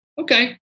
Okay